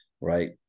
right